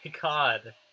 god